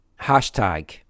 Hashtag